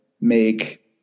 make